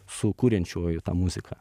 su kuriančiuoju tą muziką